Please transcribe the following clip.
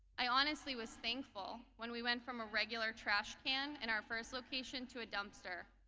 i honestly was thankful when we went from a regular trash can in our first location to a dumpster.